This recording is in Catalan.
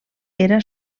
era